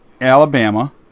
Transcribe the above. Alabama